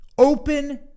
Open